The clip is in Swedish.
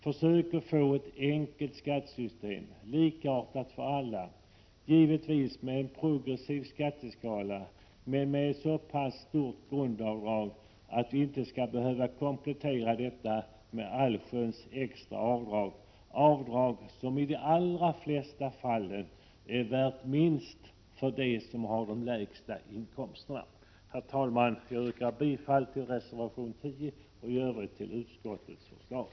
Försök att få ett enkelt skattesystem, likartat för alla, givetvis med en progressiv skatteskala men med ett så pass stort grundavdrag att vi inte skall behöva komplettera detta med allsköns extra avdrag, avdrag som i de allra flesta fall är värda minst för dem som har de lägsta inkomsterna! Herr talman! Jag yrkar bifall till reservation 10 och i övrigt till utskottets förslag.